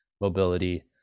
mobility